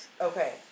Okay